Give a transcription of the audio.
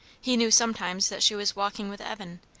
he knew sometimes that she was walking with evan,